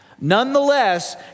Nonetheless